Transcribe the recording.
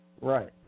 Right